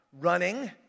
running